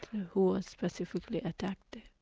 who was specifically attacked.